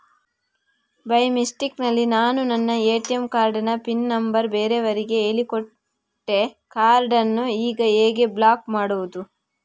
By mistake ನಲ್ಲಿ ನಾನು ನನ್ನ ಎ.ಟಿ.ಎಂ ಕಾರ್ಡ್ ನ ಪಿನ್ ನಂಬರ್ ಬೇರೆಯವರಿಗೆ ಹೇಳಿಕೊಟ್ಟೆ ಕಾರ್ಡನ್ನು ಈಗ ಹೇಗೆ ಬ್ಲಾಕ್ ಮಾಡುವುದು?